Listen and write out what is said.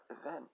event